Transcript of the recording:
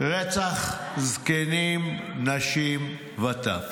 רצח זקנים, נשים וטף,